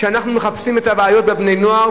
שאנחנו מחפשים את הבעיות בבני-הנוער,